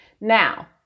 Now